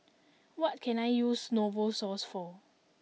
what can I use Novosource for